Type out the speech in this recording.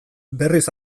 berriz